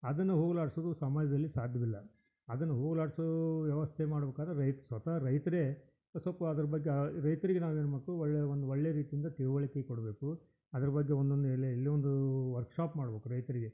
ಅದನ್ನು ಹೋಗ್ಲಾಡ್ಸೋದು ಸಮಾಜದಲ್ಲಿ ಸಾಧ್ಯವಿಲ್ಲ ಅದನ್ನು ಹೋಗಲಾಡ್ಸೋ ವ್ಯವಸ್ಥೆ ಮಾಡ್ಬಕಾದ್ರೆ ರೈತ ಸ್ವತಃ ರೈತರೇ ಸ್ವಲ್ಪ ಅದ್ರ ಬಗ್ಗೆ ರೈತ್ರಿಗೆ ನಾವು ಏನು ಮಾಡ್ತು ಒಳ್ಳೆಯ ಒಂದು ಒಳ್ಳೆಯ ರೀತಿಯಿಂದ ತಿಳ್ವಳ್ಕೆ ಕೊಡಬೇಕು ಅದ್ರ ಬಗ್ಗೆ ಒಂದೊಂದು ಎಲ್ಲ ಎಲ್ಲ ಒಂದು ವರ್ಕ್ಶಾಪ್ ಮಾಡ್ಬೇಕು ರೈತರಿಗೆ